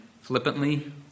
flippantly